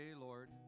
Lord